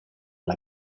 una